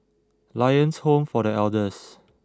Lions Home for The Elders